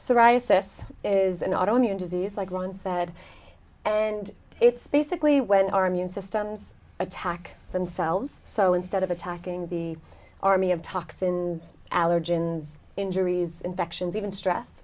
psoriasis is an autoimmune disease like ron said and it's basically when our immune systems attack themselves so instead of attacking the army of toxins allergens injuries infections even stress